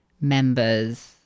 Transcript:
members